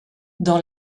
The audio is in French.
dans